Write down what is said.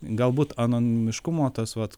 galbūt anonimiškumo tas vat